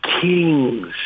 kings